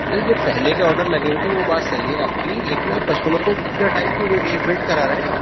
نہیں جو پہلے کے آڈر لگے ہوئے تھے وہ بات صحیح ہے آپ کی لیکن آپ کسٹمر کو اتنا ٹائم کیوں ویٹ کرا رہے ہیں